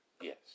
Yes